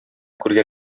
күргән